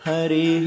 Hari